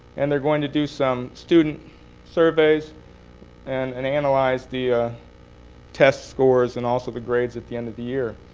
and they're going to do some student surveys and and analyze the ah test scores and also the grades at the end of the year.